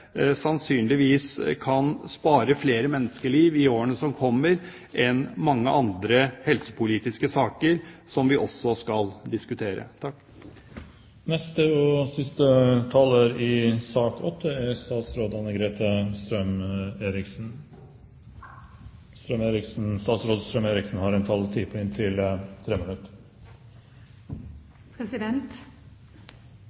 sannsynligvis kan spare flere menneskeliv i årene som kommer, enn mange andre helsepolitiske saker som vi også skal diskutere.